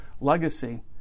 legacy